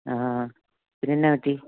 ആ പിന്നെ എന്നാ പറ്റി